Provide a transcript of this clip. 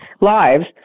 lives